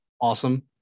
awesome